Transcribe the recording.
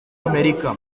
amerika